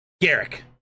Garrick